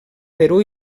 perú